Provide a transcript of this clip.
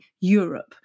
Europe